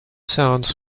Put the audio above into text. sounds